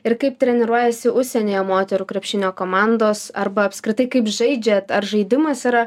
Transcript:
ir kaip treniruojasi užsienyje moterų krepšinio komandos arba apskritai kaip žaidžiate ar žaidimas yra